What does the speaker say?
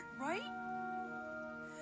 right